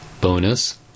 Bonus